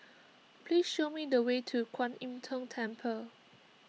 please show me the way to Kuan Im Tng Temple